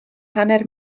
hanner